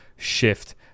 shift